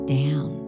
down